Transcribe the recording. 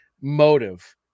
motive